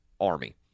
Army